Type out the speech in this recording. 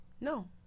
No